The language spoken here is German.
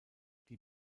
die